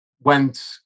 went